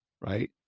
right